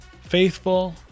faithful